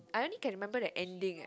I only can remember the ending eh